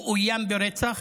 הוא אוים ברצח,